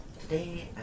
Today